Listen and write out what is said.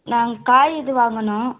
நாங்கள் காய் இது வாங்கணும்